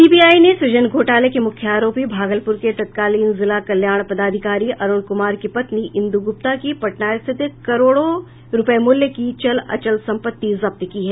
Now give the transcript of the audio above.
CBI ने सृजन घोटाले के मुख्य आरोपी भागलपुर के तत्तकालीन जिला कल्याण पदाधिकारी अरूण कुमार की पत्नी इंदु गुप्ता की पटना स्थित करोड़ों रूपये मूल्य की चल अचल संपत्ति जब्त की है